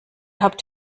habt